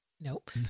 Nope